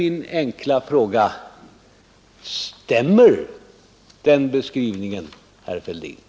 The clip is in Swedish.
Min enkla fråga är: Stämmer den beskrivningen, herr Fälldin?